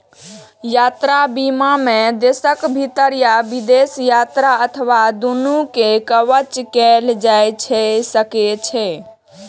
यात्रा बीमा मे देशक भीतर या विदेश यात्रा अथवा दूनू कें कवर कैल जा सकै छै